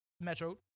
Metro